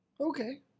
Okay